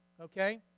Okay